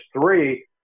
three